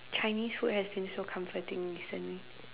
Chinese food has been so comforting recently